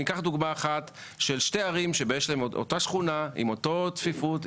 ניקח דוגמה אחת של שתי ערים שיש להן אותה שכונה עם אותה צפיפות,